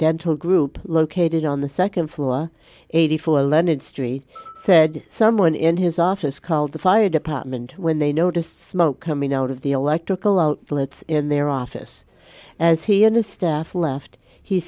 dental group located on the nd floor eighty four lended street said someone in his office called the fire department when they noticed smoke coming out of the electrical outlets in their office as he and his staff left he